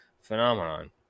phenomenon